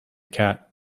cat